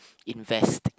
invest